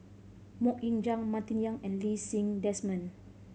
Mok Ying Jang Martin Yan and Lee Ti Seng Desmond